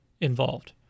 involved